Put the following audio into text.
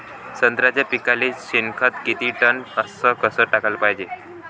संत्र्याच्या पिकाले शेनखत किती टन अस कस टाकाले पायजे?